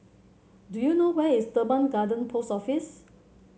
do you know where is Teban Garden Post Office